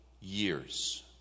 years